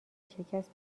شکست